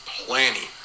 plenty